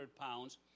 pounds